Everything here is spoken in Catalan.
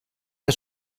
que